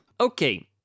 Okay